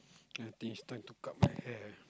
do you think it's time to cut my hair